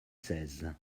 seize